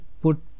put